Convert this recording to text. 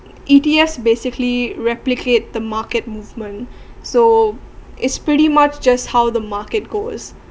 E_T_F basically replicate the market movement so it's pretty much just how the market goes